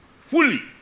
fully